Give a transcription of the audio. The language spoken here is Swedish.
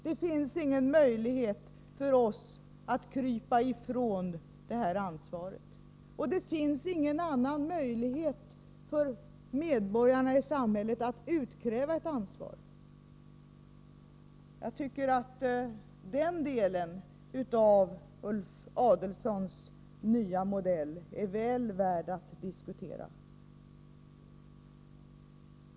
Det finns ingen möjlighet för oss att krypa ifrån detta ansvar, och det finns ingen annan möjlighet för medborgarna i samhället att utkräva ett ansvar. Jag tycker att den delen av Ulf Adelsohns nya modell är väl värd att diskutera.